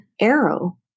arrow